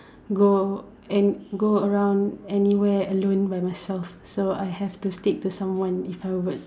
go and go around anywhere alone by myself so I have to stick to someone if I would